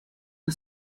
the